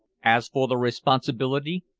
as for the responsibility,